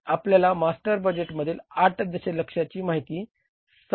आपल्याला मास्टर बजेटमधील 8 दशलक्षाची माहिती 7